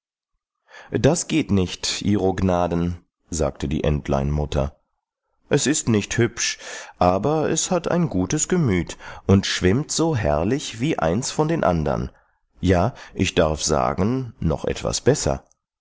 das geht nicht ihro gnaden sagte die entleinmutter es ist nicht hübsch aber es hat ein gutes gemüt und schwimmt so herrlich wie eins von den andern ja ich darf sagen noch etwas besser